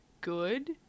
good